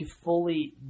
fully